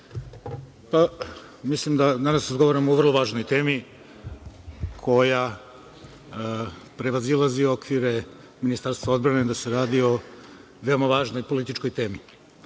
mislim da danas razgovaramo o vrlo važnoj temi koja prevazilazi okvire Ministarstva odbrane, da se radi o veoma važnoj političkoj